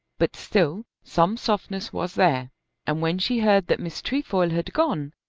but still some softness was there and when she heard that miss trefoil had gone,